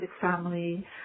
family